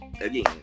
again